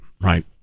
right